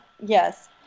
yes